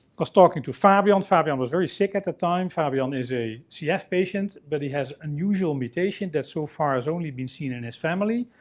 was talking to fabio. and fabio was very sick at the time. fabio and is a cf patient, but he has an unusual mutation that so far has only been seen in his family.